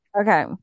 okay